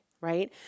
right